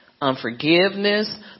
unforgiveness